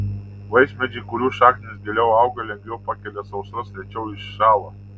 vaismedžiai kurių šaknys giliau auga lengviau pakelia sausras rečiau iššąla